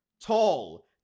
Tall